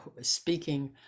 speaking